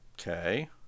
Okay